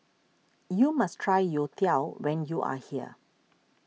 you must try Youtiao when you are here